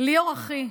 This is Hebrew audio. ליאור אחי,